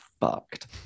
fucked